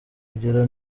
kugera